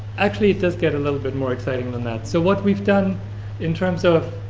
actually it does get a little bit more exciting than that. so what we've done in terms of,